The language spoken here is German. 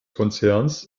konzerns